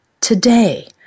Today